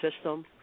system